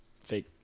fake